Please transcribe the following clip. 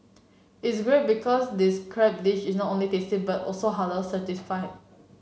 is great because this crab dish is not only tasty but also Halal certified